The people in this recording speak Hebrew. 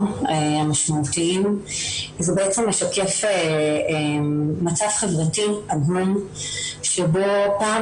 המשמעותיים וזה בעצם משקף מצב חברתי עגום שבו פעם